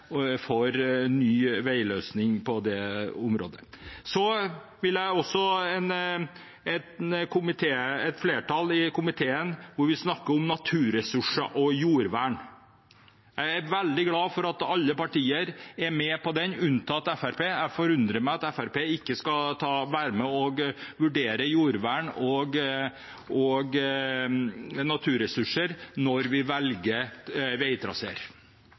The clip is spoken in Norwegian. en merknad der vi skriver om naturressurser og jordvern. Jeg er veldig glad for at alle partier unntatt Fremskrittspartiet er med på den merknaden. Det forundrer meg at Fremskrittspartiet ikke vil være med på en merknad om å vurdere jordvern og naturressurser når vi velger